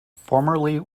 formally